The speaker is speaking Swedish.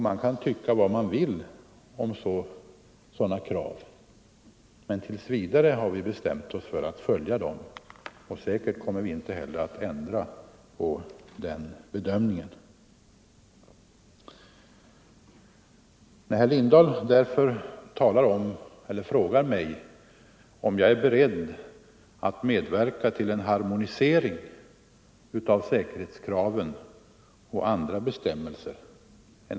Man kan tycka vad man vill om sådana krav, men vi har bestämt oss för att följa dem tills vidare. Säkert kommer vi inte heller att ändra den bedömningen. Herr Lindahl frågade mig, sedan han beskrivit närliggande länders regler och krav, om jag är beredd att medverka till en harmonisering av säkerhetskraven och andra bestämmelser.